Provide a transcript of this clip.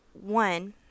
one